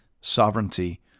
sovereignty